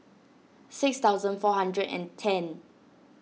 six thousand four hundred and ten